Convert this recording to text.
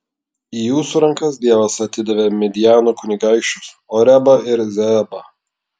į jūsų rankas dievas atidavė midjano kunigaikščius orebą ir zeebą